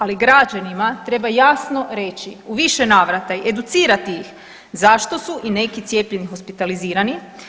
Ali građanima treba jasno reći u više navrata i educirati ih zašto su i neki cijepljeni hospitalizirani.